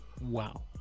Wow